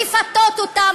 לפתות אותם,